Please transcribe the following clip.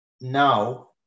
now